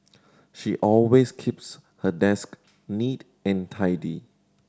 she always keeps her desk neat and tidy